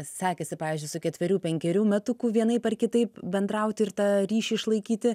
sekasi pavyzdžiui su ketverių penkerių metukų vienaip ar kitaip bendrauti ir tą ryšį išlaikyti